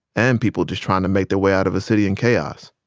and people just trying to make their way out of a city in chaos.